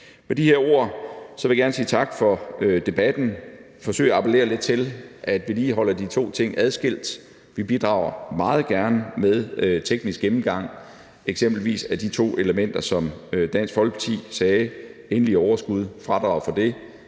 Med de her ord vil jeg gerne sige tak for debatten. Jeg vil forsøge at appellere lidt til, at vi lige holder de to ting adskilt. Vi bidrager meget gerne med teknisk gennemgang, eksempelvis af de to elementer, som Dansk Folkeparti nævnte, endeligt overskud, fradrag for det,